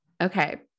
Okay